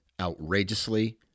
outrageously